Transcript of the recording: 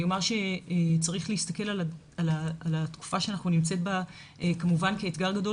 אני אומר שצריך להסתכל על התקופה בה אנחנו נמצאים כמובן כאתגר גדול